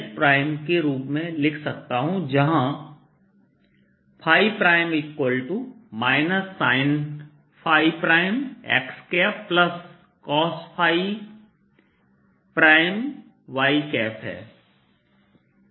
ds के रूप में लिख सकता हूं जहां sin xcos y है